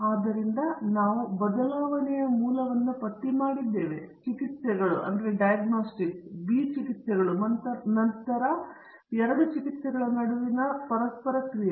ಆದ್ದರಿಂದ ನಾವು ಬದಲಾವಣೆಯ ಮೂಲವನ್ನು ಪಟ್ಟಿ ಮಾಡಿದ್ದೇವೆ ಚಿಕಿತ್ಸೆಗಳು B ಚಿಕಿತ್ಸೆಗಳು ಮತ್ತು ನಂತರ ಎರಡು ಚಿಕಿತ್ಸೆಗಳ ನಡುವಿನ ಪರಸ್ಪರ ಕ್ರಿಯೆ